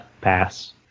pass